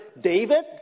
David